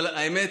האמת,